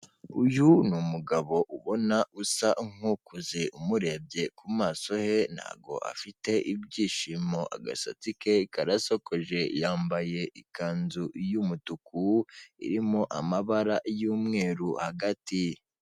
Uyu ni umugabo ubona usa nk'ukuze, umurebye ku maso he, ntabwo afite ibyishimo. Agasatsi ke karasokoje, yambaye ikanzu y'umutuku, irimo amabara y'umweru hagati.